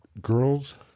girls